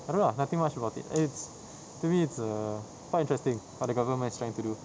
I don't ah nothing much about it it's to me it's err quite interesting what the government is trying to do